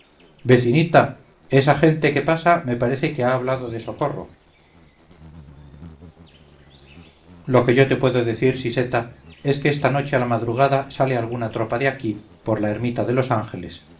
vecinita esa gente que pasa me parece que ha hablado de socorro lo que yo te puedo decir siseta es que esta noche a la madrugada sale alguna tropa de aquí por la ermita de los ángeles